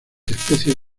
especies